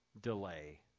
delay